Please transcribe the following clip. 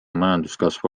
majanduskasv